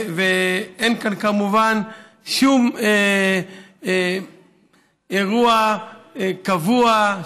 ואין כאן כמובן שום אירוע קבוע.